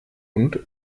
und